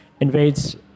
invades